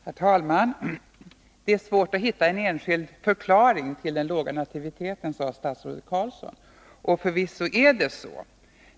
Herr talman! Det är svårt att hitta en enskild förklaring till den låga nativiteten, sade statsrådet Carlsson. Och förvisso är det så.